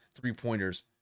three-pointers